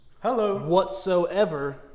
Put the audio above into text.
whatsoever